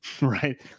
Right